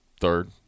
third